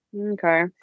Okay